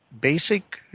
basic –